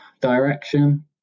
direction